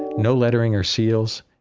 no lettering or seals,